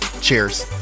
cheers